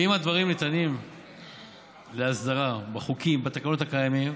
ואם הדברים ניתנים להסדרה בחוקים ובתקנות הקיימים,